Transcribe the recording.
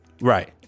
Right